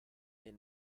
del